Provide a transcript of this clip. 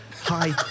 Hi